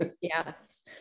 Yes